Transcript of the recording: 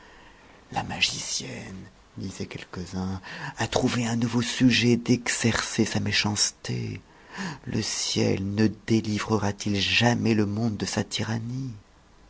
la magicienne d'sa'ent quelques-uns a trouvé un nouveau sujet d'exercer sa méchanceté ciel ne délivrera t i jamais le monde de sa tyrannie